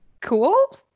cool